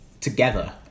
Together